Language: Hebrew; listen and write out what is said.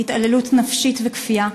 התעללות נפשית וכפייה,